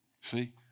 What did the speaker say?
See